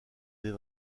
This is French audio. des